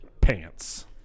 pants